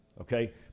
okay